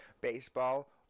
baseball